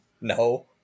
no